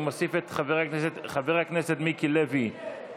אני מוסיף את חבר הכנסת מיקי לוי,